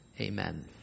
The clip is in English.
Amen